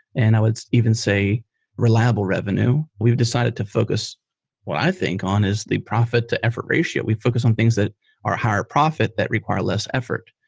and i would even say reliable revenue. we've decided to focus what i think on is the profit to effort ratio. we focused on things that are higher profit that require less effort.